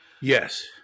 yes